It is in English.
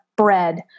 bread